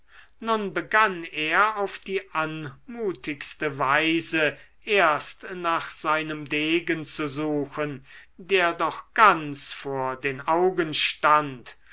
nun begann er auf die anmutigste weise erst nach seinem degen zu suchen der doch ganz vor den augen stand